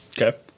Okay